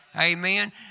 Amen